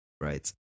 right